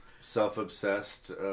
self-obsessed